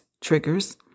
triggers